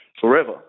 forever